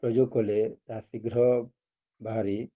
ପ୍ରୟୋଗ କଲେ ତାହା ଶୀଘ୍ର ବାହାରି